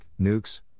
nukes